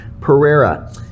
Pereira